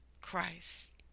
Christ